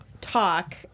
talk